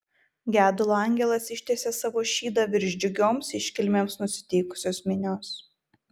gedulo angelas ištiesė savo šydą virš džiugioms iškilmėms nusiteikusios minios